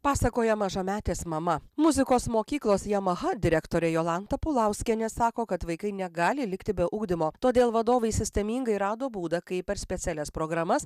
pasakojo mažametės mama muzikos mokyklos yamaha direktorė jolanta paulauskienė sako kad vaikai negali likti be ugdymo todėl vadovai sistemingai rado būdą kaip per specialias programas